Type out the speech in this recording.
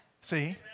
See